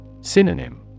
Synonym